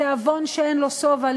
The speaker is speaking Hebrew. בתיאבון שאין לו שובע,